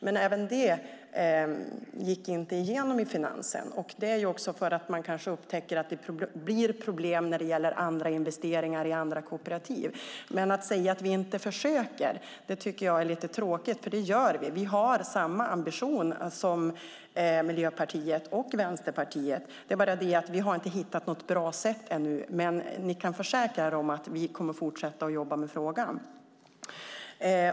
Det gick dock inte igenom i finansen för att det kunde bli problem när det gällde investeringar i andra kooperativ. Att säga att vi inte försöker är fel, för det gör vi. Vi har samma ambition som Miljöpartiet och Vänsterpartiet, men vi har inte hittat något bra sätt ännu. Jag kan dock försäkra er om att vi kommer att fortsätta jobba med frågan.